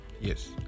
yes